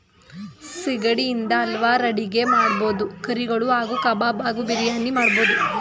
ಸಿಗಡಿ ಇಂದ ಹಲ್ವಾರ್ ಅಡಿಗೆ ಮಾಡ್ಬೋದು ಕರಿಗಳು ಹಾಗೂ ಕಬಾಬ್ ಹಾಗೂ ಬಿರಿಯಾನಿ ಮಾಡ್ಬೋದು